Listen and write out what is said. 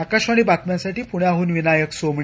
आकाशवाणी बातम्यांसाठी पुण्याहून विनायक सोमाणी